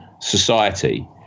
society